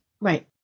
Right